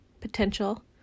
potential